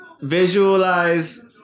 visualize